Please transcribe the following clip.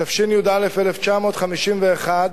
התשי"א 1951,